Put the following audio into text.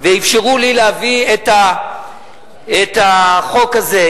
ואפשרו לי להביא את החוק הזה,